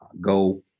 Go